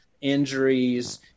injuries